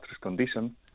condition